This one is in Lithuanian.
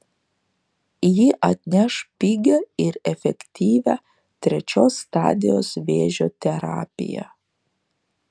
ji atneš pigią ir efektyvią trečios stadijos vėžio terapiją